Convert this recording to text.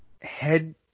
Head